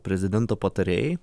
prezidento patarėjai